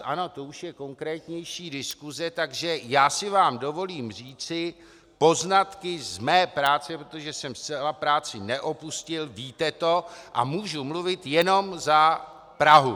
Ano, to už je konkrétnější diskuse, takže já si vám dovolím říci poznatky ze své práce, protože jsem zcela práci neopustil, víte to, a můžu mluvit jenom za Prahu.